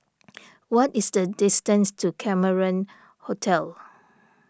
what is the distance to Cameron Hotel